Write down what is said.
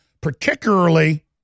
particularly